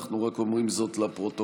אנחנו רק אומרים זאת לפרוטוקול.